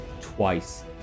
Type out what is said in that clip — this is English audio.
twice